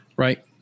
Right